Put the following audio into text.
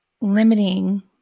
limiting